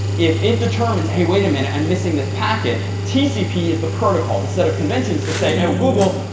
if it determines, hey, wait a minute, i'm missing this packet, tcp is the protocol, the set of conventions, that say ah google,